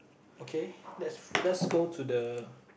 okay let's let's go to the